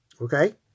Okay